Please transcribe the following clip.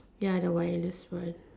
ya the wireless one